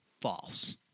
false